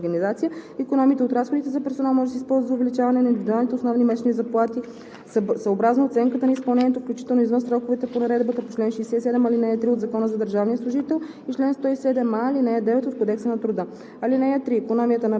намаляване на персонала вследствие на преминаване на функции и персонал към друга бюджетна организация, икономиите от разходите за персонал може да се използват за увеличение на индивидуалните основни месечни заплати съобразно оценката на изпълнението, включително извън сроковете по наредбата по чл. 67, ал. 3 от Закона за държавния служител